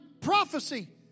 prophecy